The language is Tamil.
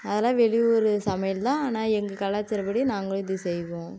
அதெல்லாம் வெளியூர் சமையல்தான் ஆனால் எங்கள் கலாச்சார படி நாங்களும் இது செய்வோம்